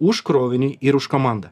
už krovinį ir už komandą